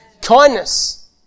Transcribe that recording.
Kindness